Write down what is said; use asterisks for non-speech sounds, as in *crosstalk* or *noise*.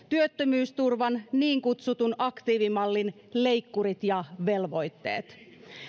*unintelligible* työttömyysturvan niin kutsutun aktiivimallin leikkurit ja velvoitteet